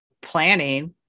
planning